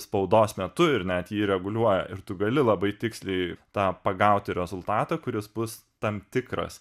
spaudos metu ir net jį reguliuoja ir tu gali labai tiksliai tą pagauti rezultatą kuris bus tam tikras